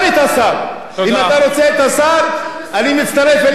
אם אתה רוצה את השר, אני מצטרף אליך, גם השר.